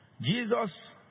Jesus